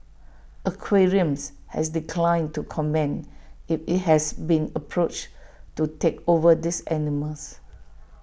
aquariums has declined to comment if IT has been approached to take over these animals